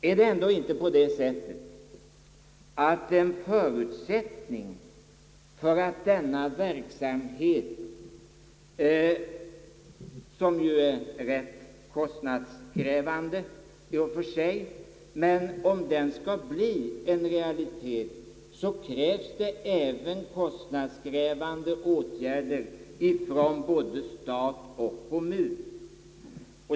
Är det ändå inte på det sättet att en förutsättning för att denna verksamhet, som ju i och för sig är rätt kostnadskrävande, skall kunna realiseras är att kostnadskrävande åtgärder sätts in från både stat och kommun.